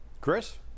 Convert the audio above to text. Chris